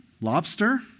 lobster